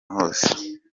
hose